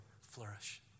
flourish